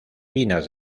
finas